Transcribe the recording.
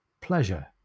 pleasure